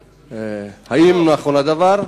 1. האם נכון הדבר?